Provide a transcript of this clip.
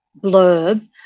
blurb